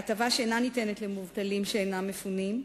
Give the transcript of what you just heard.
הטבה שאינה ניתנת למובטלים שאינם מפונים,